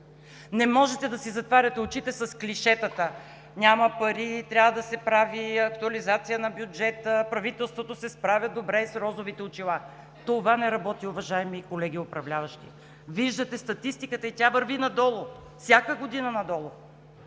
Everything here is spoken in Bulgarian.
Не можете да си затваряте очи с клишетата „Няма пари!“, „Трябва да се прави актуализация на бюджета.“, „Правителството се справя добре с розовите очила.“ Това не работи, уважаеми колеги управляващи! Виждате статистиката, и тя върви надолу – всяка година надолу!